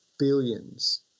Billions